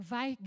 Vai